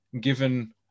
given